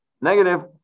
Negative